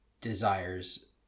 desires